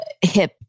HIP